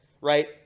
right